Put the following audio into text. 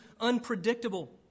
unpredictable